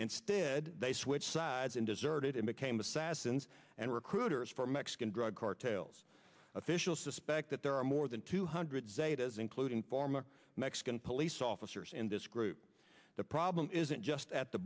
instead they switched sides and deserted and became assassins and recruiters for mexican drug cartels officials suspect that there are more than two hundred zetas including former mexican police officers and this group the problem isn't just at the